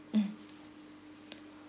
mm